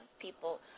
people